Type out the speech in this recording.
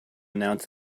announce